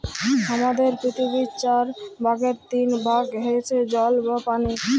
হামাদের পৃথিবীর চার ভাগের তিন ভাগ হইসে জল বা পানি